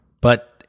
But-